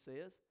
says